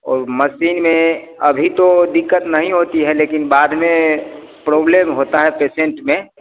और मशीन में अभी तो दिक्कत नहीं होती है लेकिन बाद में प्रॉब्लम होती है पेशेन्ट में